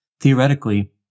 Theoretically